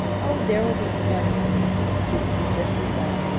oh, there will be plenty of things that will suit you just as well,